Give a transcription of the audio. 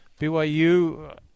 BYU